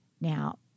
Now